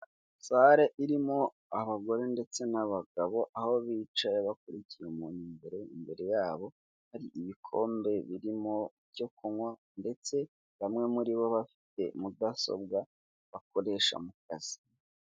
Salle irimo abagore ndetse n'abagabo, aho bicaye bakurikiye umuntu imbere yabo hari ibikombe birimo ibyo kunywa, ndetse bamwe muri bo bafite mudasobwa bakoresha mu kazi.